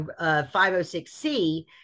506C